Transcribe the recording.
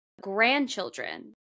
grandchildren